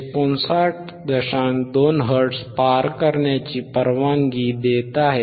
2 hertz पार करण्याची परवानगी देत आहे